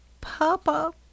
Papa